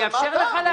אני אאפשר לך להגיד.